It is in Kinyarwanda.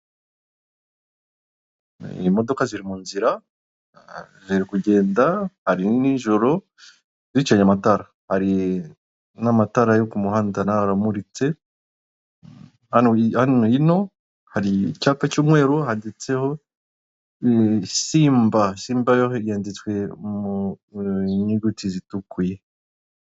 Imodoka ziri mu nzira ziri kugenda ari nijoro zicanye amatara, hari n'amatara yo umuhanda nayo ahora aramuritse, hano hino hari icyapa cy'umweru handitseho ni simba, simba yo yanditswe mu nyuguti zitukuye